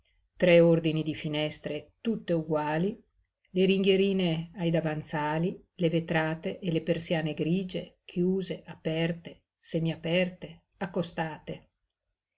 tre ordini di finestre tutte uguali le ringhierine ai davanzali le vetrate e le persiane grigie chiuse aperte semiaperte accostate